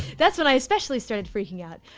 that's when i especially started freaking out.